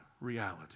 reality